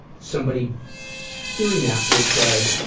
somebody hearing that would say,